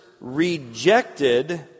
rejected